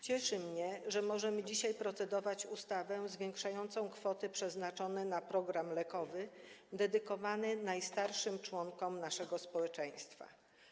Cieszy mnie, że możemy dzisiaj procedować nad ustawą zwiększającą kwoty przeznaczone na program lekowy dedykowany najstarszym członkom naszego społeczeństwa.